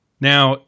Now